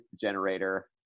generator